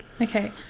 Okay